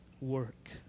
work